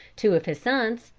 two of his sons,